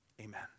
Amen